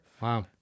Wow